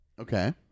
Okay